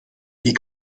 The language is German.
wie